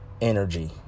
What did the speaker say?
energy